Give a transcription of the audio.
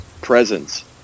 presence